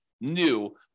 new